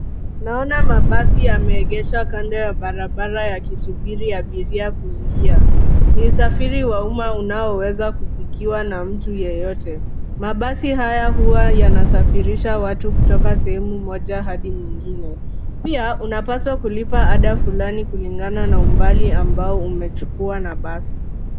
Naona mabasi yameegesha kanda ya barabara yakisubiri abiria kuingia. Ni usafiri wa umma unaoweza kufikiwa na mtu yeyote. Mabasi haya huwa yanasafirisha watu kutoka sehemu moja hadi nyingine. Pia, unapaswa kulipa ada fulani kulingana na umbali ambao umechukua na basi.